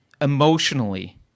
emotionally